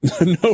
No